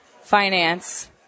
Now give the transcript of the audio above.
finance